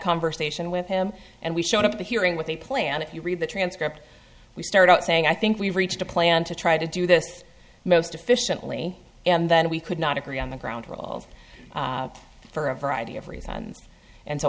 conversation with him and we showed up at the hearing with a plan if you read the transcript we started out saying i think we reached a plan to try to do this most efficiently and then we could not agree on the ground rules for a variety of reasons and